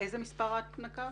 איזה מספר את נתת?